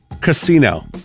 casino